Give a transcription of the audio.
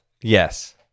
Yes